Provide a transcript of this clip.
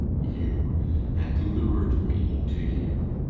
you and lured me to you.